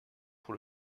pour